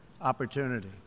opportunity